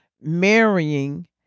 marrying